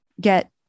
get